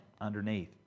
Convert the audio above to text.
underneath